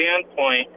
standpoint